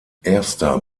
erster